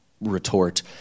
retort